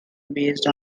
based